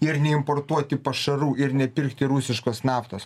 ir neimportuoti pašarų ir nepirkti rusiškos naftos